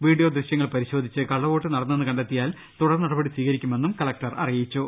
video ദൃശ്യങ്ങൾ പരിശോധിച്ച് കള്ള വോട്ട് നടന്നെന്ന് കണ്ടെത്തിയാൽ തുടർനടപടി സ്വീകരിക്കുമെന്ന് കലക്ടർ അറിയിച്ചു